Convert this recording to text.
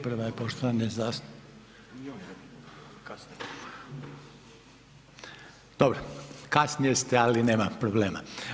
Prva je poštovane …... [[Upadica se ne čuje.]] Dobro, kasnije ste ali nema problema.